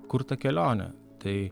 kur ta kelionė tai